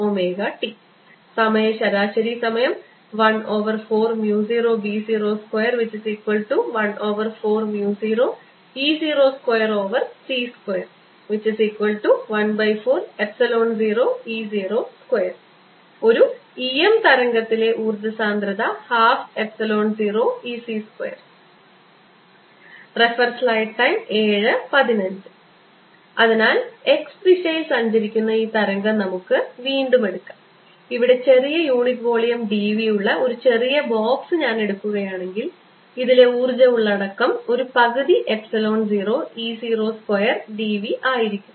r ωt സമയ ശരാശരി 140B02140E02c2140E02 ഒരു EM തരംഗത്തിലെ ഊർജ്ജ സാന്ദ്രത120E02 അതിനാൽ x ദിശയിൽ സഞ്ചരിക്കുന്ന ഈ തരംഗം നമുക്ക് വീണ്ടും എടുക്കാം ഇവിടെ ചെറിയ യൂണിറ്റ് വോളിയം d v ഉള്ള ഒരു ചെറിയ ബോക്സ് ഞാൻ എടുക്കുകയാണെങ്കിൽ ഇതിലെ ഊർജ്ജ ഉള്ളടക്കം ഒരു പകുതി epsilon 0 E 0 square d v ആയിരിക്കും